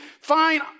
Fine